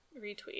Retweet